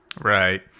Right